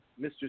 Mr